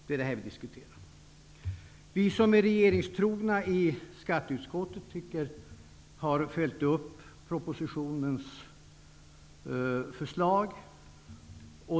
Det är det här vi diskuterar. Vi i skatteutskottet som är regeringstrogna har följt upp propositionens förslag.